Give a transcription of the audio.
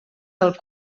del